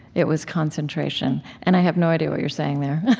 it was concentration. and i have no idea what you're saying there.